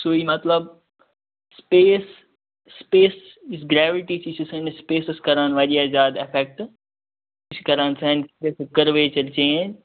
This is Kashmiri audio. سُے مَطلَب سُپیس سُپیس یُس گریوِٹی چھِ یہِ چھِ سٲنِس سُپیسَس کَران واریاہ زیادِ ایٚفیٚکٹہٕ یہِ چھِ کَران سانہِ کرویچر چینٛج